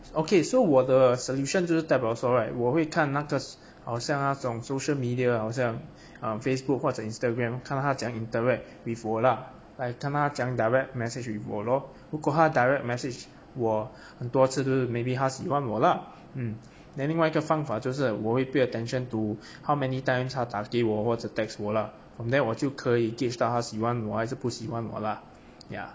it's okay so 我的 solution 就是代表说 right 我会看那个好像那种 social media 好像 err facebook 或者 instagram 看她怎么样 interact with 我啦 like 看她怎样 direct message with 我 lor 如果她 direct message 我很多次就是 maybe 她喜欢我 lah mm then 另外一个方法就是我会 pay attention to how many times 她打给我或者 text 我啦 from there 我就可以 gauge 她喜欢我或不喜欢我 lah yeah